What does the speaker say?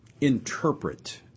interpret